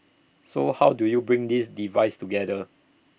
so how do you bring these devices together